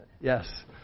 Yes